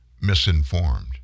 misinformed